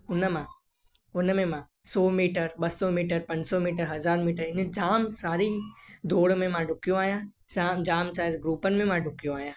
हुन मां हुन में मां सौ मीटर ॿ सौ मीटर पंज सौ मीटर हज़ार मीटर ईअं जाम सारी दौड़ में मां डुकियो आहियां साम जाम ग्रुपनि में मां डुकियो आहियां